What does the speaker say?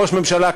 בראש ממשלה כזה,